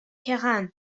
heran